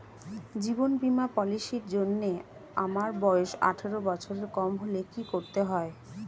জীবন বীমা পলিসি র জন্যে আমার বয়স আঠারো বছরের কম হলে কি করতে হয়?